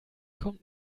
kommt